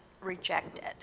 rejected